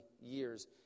years